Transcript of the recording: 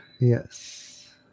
Yes